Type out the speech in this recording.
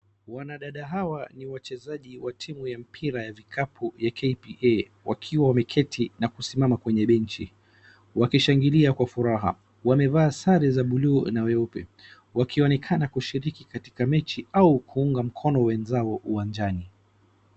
Wanadada hawa ni wachezaji wa timu ya mpira ya vikabu ya KPA wakiwa wameketi na kusimama kwenye benchi wakishangilia kwa furaha, wamevaa sare za buluu na weupe wakionekana kushiriki katika mechi au kuunga mkono wenzao uwanjani.